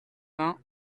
pins